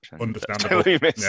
Understandable